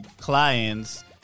clients